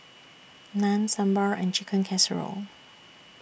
Naan Sambar and Chicken Casserole